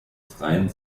freien